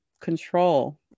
control